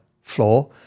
floor